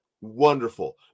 wonderful